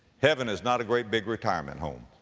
heaven is not a great big retirement home.